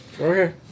Okay